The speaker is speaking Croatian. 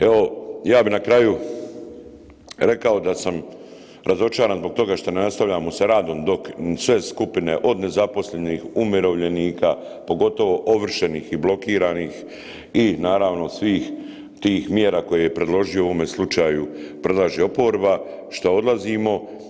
Evo, ja bi na kraju rekao da sam razočaran zbog toga što ne nastavljamo sa radom dok sve skupine od nezaposlenih, umirovljenika, pogotovo ovršenih i blokiranih i naravno svih tih mjera koje je predložio u ovome slučaju predlaže oporba šta odlazimo.